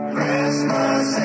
Christmas